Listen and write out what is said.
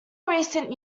recent